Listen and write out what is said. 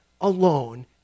alone